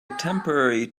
temporary